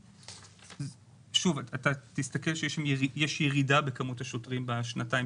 שוב, תסתכל, יש ירידה בכמות השוטרים בשנתיים